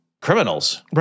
criminals